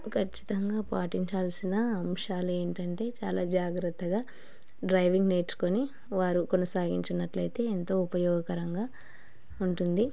ఖచ్చితంగా పాటించాల్సిన అంశాలు ఏంటంటే చాలా జాగ్రత్తగా డ్రైవింగ్ నేర్చుకొని వారు కొనసాగించినట్టు అయితే ఎంతో ఉపయోగకరంగా ఉంటుంది